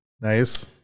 Nice